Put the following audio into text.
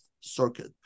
Circuit